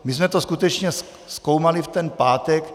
My jsme to skutečně zkoumali v ten pátek.